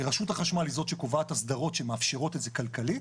רשות החשמל היא זאת שקובעת הסדרות שמאפשרות את זה כלכלית,